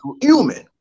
human